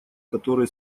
которые